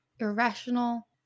Irrational